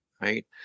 right